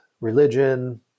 religion